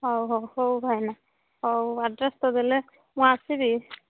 ହଉ ହଉ ହଉ ଭାଇନା ହଉ ଆଡ଼୍ରେସ୍ ତ ଦେଲେ ମୁଁ ଆସିବି